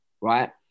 right